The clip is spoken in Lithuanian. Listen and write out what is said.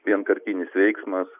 vienkartinis veiksmas